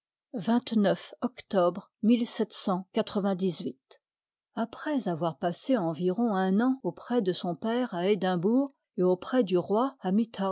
octobre après avoir passé environ un an auprès de son père à edimbourg et auprès du roi à